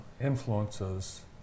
influences